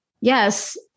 yes